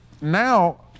now